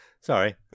Sorry